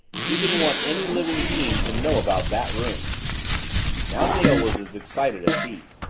he didn't want any living being to know about that room now dale was as excited as he.